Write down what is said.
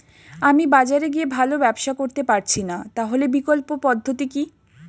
আমি বাজারে গিয়ে ভালো ব্যবসা করতে পারছি না তাহলে বিকল্প পদ্ধতি কি?